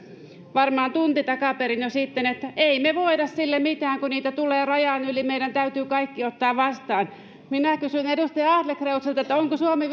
varmaan jo tunti takaperin että ei me voida sille mitään kun niitä tulee rajan yli meidän täytyy kaikki ottaa vastaan minä kysyn edustaja adlercreutzilta onko suomi